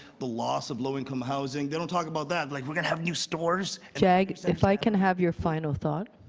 the loss of low income housing. they don't talk about that. like we're going to have new stores. jag, if i can have your final thought.